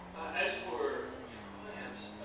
as for triumphs,